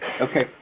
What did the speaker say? Okay